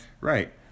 Right